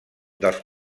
dels